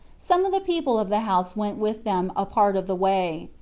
some of the people of the house went with them a part of the way.